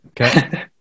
Okay